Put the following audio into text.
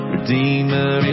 Redeemer